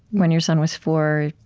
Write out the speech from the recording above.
when your son was four,